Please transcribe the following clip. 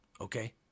okay